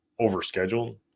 overscheduled